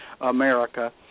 America